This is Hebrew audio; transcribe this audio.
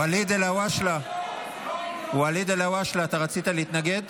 ואליד אלהואשלה, אתה רצית להתנגד?